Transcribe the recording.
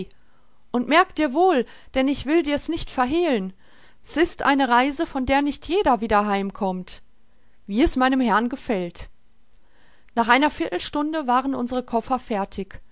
und merk dir wohl denn ich will dir's nicht verhehlen s ist eine reise von der nicht jeder wieder heimkommt wie es meinem herrn gefällt nach einer viertelstunde waren unsere koffer fertig